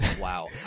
Wow